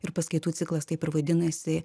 ir paskaitų ciklas taip ir vadinasi